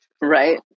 Right